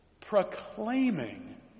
Proclaiming